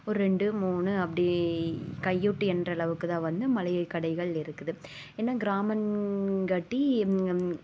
ஒரு ரெண்டு மூணு அப்படி கையை விட்டு எண்ணுற அளவுக்குதான் வந்து மளிகை கடைகள் இருக்குது ஏனால் கிராமம்காட்டி